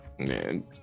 Man